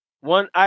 one